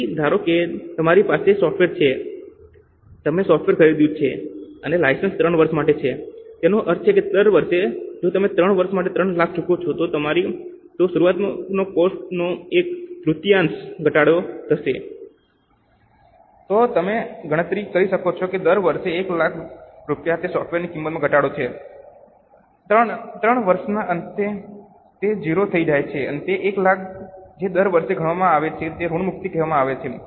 તેથી ધારો કે તમારી પાસે સોફ્ટવેર છે તમે સોફ્ટવેર ખરીદ્યું છે અને લાઇસન્સ 3 વર્ષ માટે છે તેનો અર્થ છે દર વર્ષે જો તમે 3 વર્ષ માટે 3 લાખ ચૂકવો છો તો શરૂઆતમાં કોસ્ટ નો એક તૃતીયાંશ ઘટાડો થશે તો તમે ગણતરી કરી શકો છો કે દર વર્ષે 1 લાખ રૂપિયા તે સોફ્ટવેરની કિંમતમાં ઘટાડો છે ત્રણ વર્ષના અંતે તે 0 થઈ જશે તે 1 લાખ જે દર વર્ષે ગણવામાં આવે છે તેને ઋણમુક્તિ કહેવામાં આવે છે